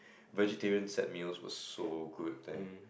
vegetarian set meals was so good there